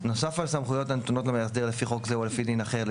נוסף על סמכויות הנתונות למאסדר לפי חוק זה או לפי דין אחר,